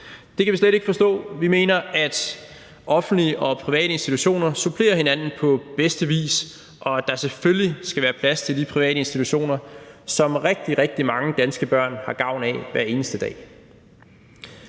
Det kan vi slet ikke forstå. Vi mener, at offentlige og private institutioner supplerer hinanden på bedste vis, og at der selvfølgelig skal være plads til de private institutioner, som rigtig, rigtig mange danske børn har gavn af hver eneste dag.